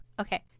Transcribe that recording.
okay